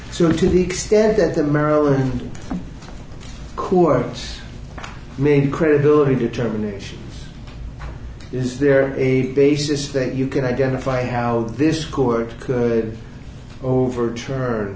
two to the extent that the maryland couper made credibility determination is there a basis that you can identify how this court could overturn